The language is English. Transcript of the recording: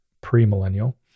pre-millennial